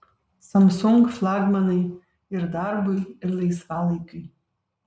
samsung flagmanai ir darbui ir laisvalaikiui